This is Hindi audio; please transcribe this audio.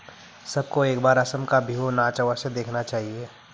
सबको एक बार असम का बिहू नाच अवश्य देखना चाहिए